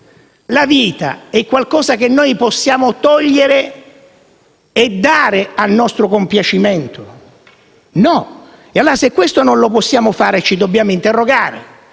La vita è qualcosa che noi possiamo togliere e dare a nostro piacimento? No. Allora, se questo non lo possiamo fare, ci dobbiamo interrogare